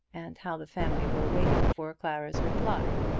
and how the family were waiting for clara's reply.